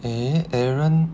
ah aaron